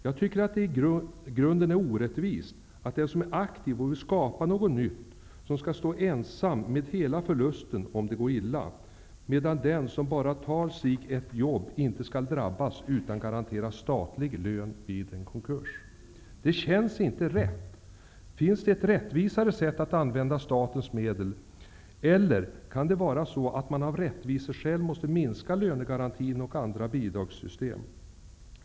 Jag tycker att det är i grunden orättvist att det är den som är aktiv och vill skapa något nytt som skall stå ensam med hela förlusten om det går illa, medan den som bara tar sig ett jobb inte skall drabbas utan garanteras statlig lön vid en konkurs. Det känns inte rätt. Finns det ett rättvisare sätt att använda statens medel? Eller kan det vara så att man av rättviseskäl måste minska lönegarantin och andra bidragssystem?